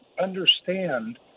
understand